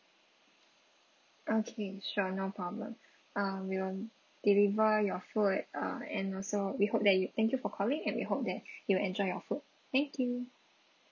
okay sure no problem uh we will deliver your food uh and also we hope that you thank you for calling and we hope that you enjoy your food thank you